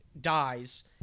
dies